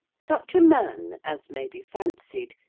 such a man, as may be fancied,